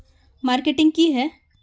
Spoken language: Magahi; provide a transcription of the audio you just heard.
मार्केटिंग की है?